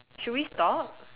should we stop